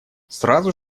сразу